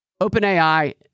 OpenAI